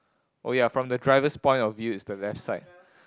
oh ya from the driver's point of view it's the left side